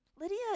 Lydia